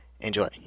Enjoy